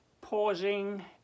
pausing